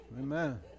amen